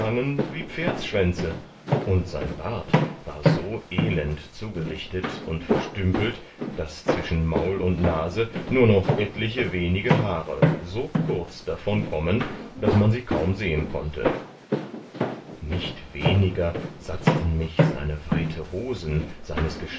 wie pferdsschwänze und sein bart war so elend zugerichtet und verstümpelt daß zwischen maul und nase nur noch etliche wenige haare so kurz davonkommen daß man sie kaum sehen konnte nicht weniger satzten mich seine weite hosen